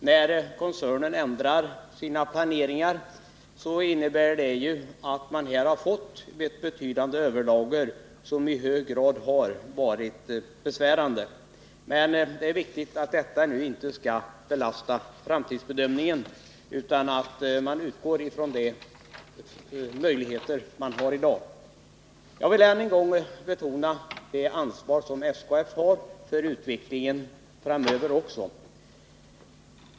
När koncernen ändrar sin planering innebär det ju att man här har fått ett betydande överlager som varit i hög grad besvärande. Det är viktigt att detta nu inte belastar framtidsbedömningen utan att man utgår från de möjligheter företaget har i dag. Jag vill än en gång betona det ansvar som SKF har för utvecklingen framöver också.